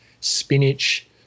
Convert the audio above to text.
spinach